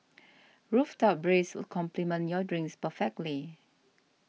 rooftop breeze will complement your drinks perfectly